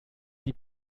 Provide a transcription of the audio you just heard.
die